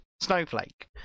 snowflake